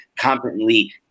competently